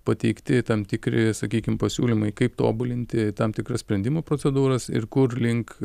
pateikti tam tikri sakykim pasiūlymai kaip tobulinti tam tikras sprendimų procedūras ir kurlink